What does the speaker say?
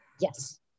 Yes